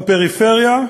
בפריפריה,